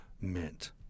meant